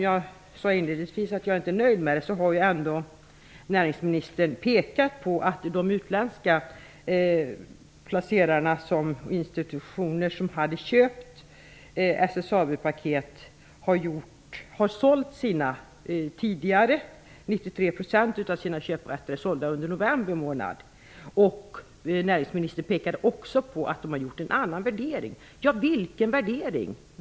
Jag sade inledningsvis att jag inte är nöjd med svaret. Men näringsministern påpekade ändå att de utländska placerarna -- institutioner -- som köpte 93 % av köprätterna. Näringsministern har också pekat på att de har gjort en annan värdering. Vilken värdering?